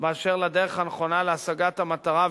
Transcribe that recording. באשר לדרך הנכונה להשגת המטרה,